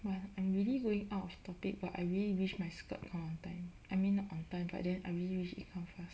!wah! I'm really going out of topic but I really wish my skirt come on time I mean like not on time but then I really wish it come first